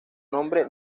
nombre